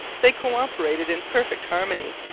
they co-operated in perfect harmony,